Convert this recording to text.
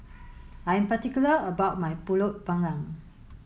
I'm particular about my Pulut panggang